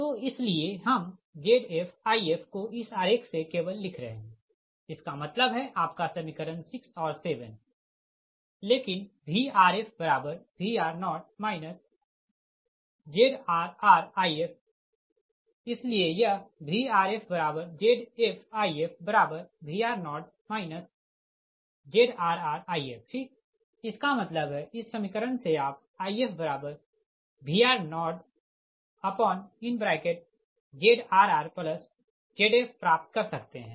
तो इसीलिए हम ZfIf को इस आरेख से केवल लिख रहे है इसका मतलब है आपका समीकरण 6 और 7 लेकिन VrfVr0 ZrrIf इसलिए यह VrfZfIfVr0 ZrrIfठीक इसका मतलब है इस समीकरण से आप IfVr0ZrrZf प्राप्त कर सकते है